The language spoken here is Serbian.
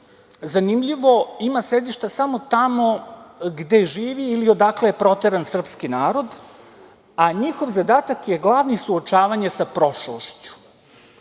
Zanimljivo, ima sedišta samo tamo gde živi ili odakle je proteran srpski narod, a njihov zadatak je glavni, suočavanje sa prošlošću.